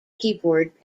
keyboard